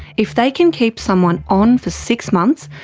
if they can keep someone on for six months,